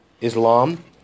Islam